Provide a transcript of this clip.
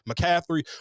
McCaffrey